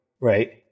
right